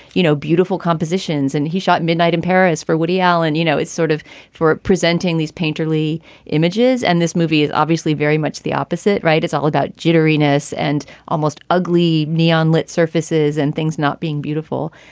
you know, beautiful compositions. and he shot midnight in paris for woody allen. you know, it's sort of for presenting these painterly images. and this movie is obviously very much the opposite. right. it's all about jitteriness and almost ugly neon lit surfaces and things not being beautiful.